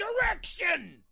direction